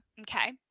okay